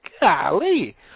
golly